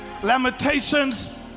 Lamentations